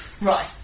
Right